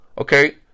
Okay